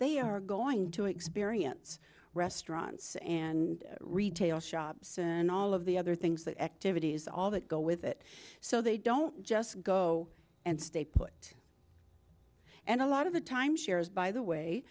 they are going to experience restaurants and retail shops and all of the other things the activities all that go with it so they don't just go and stay put and a lot of the time share is by the way